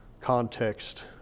context